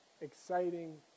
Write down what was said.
exciting